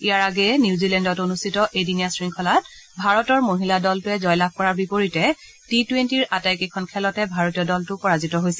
ইয়াৰ আগেয়ে নিউজিলেণ্ডত অনুষ্ঠিত এদিনীয়া শৃংখলাত ভাৰতৰ মহিলা দলটোৱে জয়লাভ কৰাৰ বিপৰীতে টি টুৱেণ্টিৰ আটাইকেইখন খেলতে ভাৰতীয় দলটো পৰাজিত হৈছিল